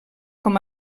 com